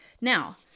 Now